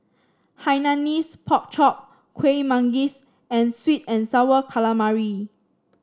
Hainanese Pork Chop Kueh Manggis and sweet and sour calamari